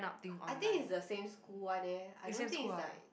I think it's the same school one eh I don't think is like